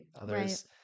Others